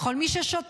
לכל מי ששותק,